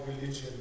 religion